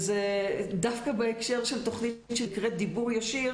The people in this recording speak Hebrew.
דווקא בהקשר של תוכנית שנקראת דיבור ישיר,